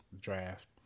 draft